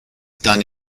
done